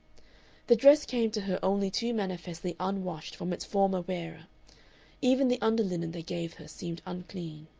the dress came to her only too manifestly unwashed from its former wearer even the under-linen they gave her seemed unclean.